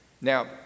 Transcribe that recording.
now